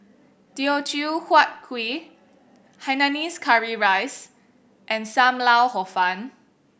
Teochew Huat Kuih hainanese curry rice and Sam Lau Hor Fun